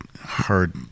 hard